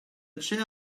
chair